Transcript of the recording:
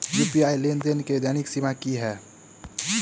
UPI लेनदेन केँ दैनिक सीमा की है?